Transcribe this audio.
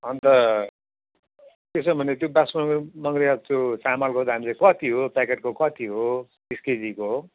अन्त त्यसो भने त्यो बासमती बगडा त्यो चामलको दाम चाहिँ कति हो प्याकेटको कति हो तिस केजीको